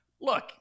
Look